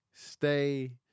Stay